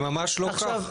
זה ממש לא כך.